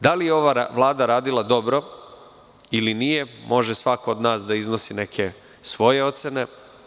Da li je ova Vlada radila dobro ili nije može svako od nas da iznosi neke svoje ocene.